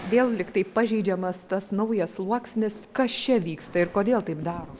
vėl lygtai pažeidžiamas tas naujas sluoksnis kas čia vyksta ir kodėl taip daro